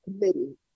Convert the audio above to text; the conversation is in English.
committee